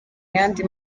yandi